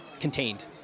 contained